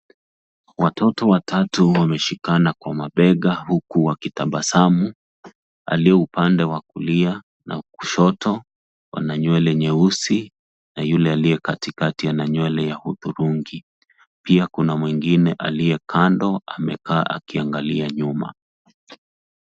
Watoto watatu wameshikana kwa mabega huku wakitabasamu. Aliye upande wa kulia na kushoto wana nywele nyeusi na yule aliye katikati ana nywele ya hudhurungi. Pia kuna mwingine aliye kando amekaa akiangalia nyuma.